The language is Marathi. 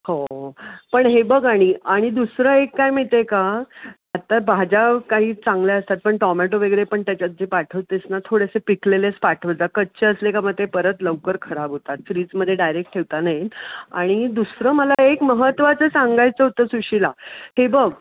हो पण हे बघ आणि आणि दुसरं एक काय माहीत आहे का आत्ता भाज्या काही चांगल्या असतात पण टॉमेटो वगैरे पण त्याच्यात जे पाठवतेस ना थोडेसे पिकलेलेच पाठवत जा कच्चे असले का मग ते परत लवकर खराब होतात फ्रीजमध्ये डायरेक्ट ठेवता नाही आणि दुसरं मला एक महत्त्वाचं सांगायचं होतं सुशिला की बघ